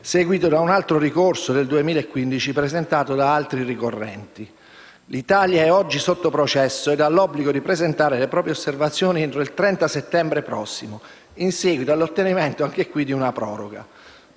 seguito da un altro ricorso del 2015, presentato da altri ricorrenti. L'Italia è oggi sotto processo ed ha l'obbligo di presentare le proprie osservazioni entro il 30 settembre prossimo, in seguito all'ottenimento anche qui di una proroga.